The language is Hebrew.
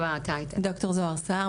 ד"ר זהר סהר,